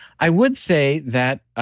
i would say that